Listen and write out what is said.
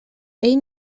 ell